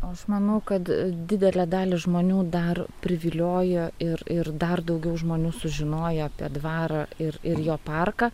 aš manau kad didelę dalį žmonių dar priviliojo ir ir dar daugiau žmonių sužinojo apie dvarą ir ir jo parką